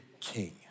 king